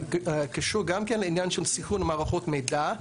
קשור גם כן לעניין של סנכרון מערכות מידע.